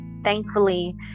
thankfully